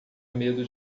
medo